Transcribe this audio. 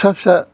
फिसा फिसा